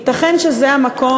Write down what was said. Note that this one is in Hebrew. ייתכן שזה המקום,